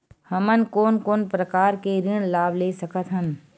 हमन कोन कोन प्रकार के ऋण लाभ ले सकत हन?